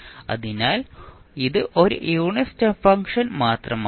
അതിനാൽ ഇത് ഒരു യൂണിറ്റ് സ്റ്റെപ്പ് ഫംഗ്ഷൻ മാത്രമാണ്